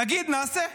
תגיד, נעשה.